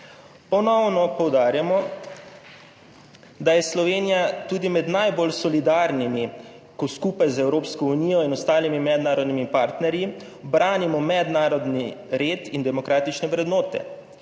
Ponovno poudarjamo, da je Slovenija tudi med najbolj solidarnimi, ko skupaj z Evropsko unijo in ostalimi mednarodnimi partnerji branimo mednarodni red in demokratične vrednote.